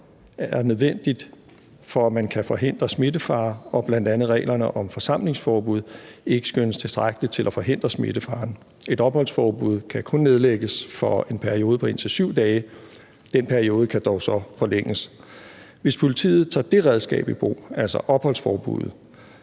er nødvendigt for, at man kan forhindre smittefare, og hvis bl.a. reglerne om forsamlingsforbud ikke skønnes tilstrækkelige til at forhindre smittefaren. Et opholdsforbud kan kun nedlægges i en periode på op til 7 dage – den periode kan så dog forlænges. Hvis politiet tager det redskab i brug, altså opholdsforbuddet,